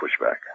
pushback